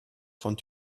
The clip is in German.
von